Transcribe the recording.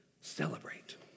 celebrate